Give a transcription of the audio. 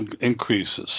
increases